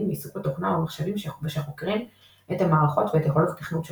מעיסוק בתוכנה ובמחשבים שחוקרים את המערכות ואת יכולת התכנות שלהם.